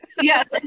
yes